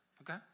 Okay